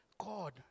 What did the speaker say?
God